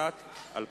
התשס"ט 2009,